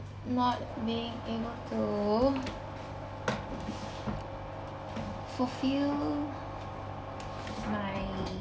not being able to fulfil my